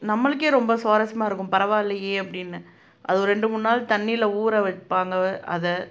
நம்மளுக்கே ரொம்ப சுவாரசியமாக இருக்கும் பரவாயில்லையே அப்படின்னு அதை ஒரு ரெண்டு மூணு நாள் தண்ணியில ஊற வைப்பாங்கள் அதை